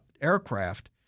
aircraft